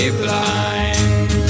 blind